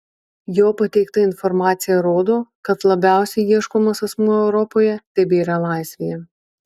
jo pateikta informacija rodo kad labiausiai ieškomas asmuo europoje tebėra laisvėje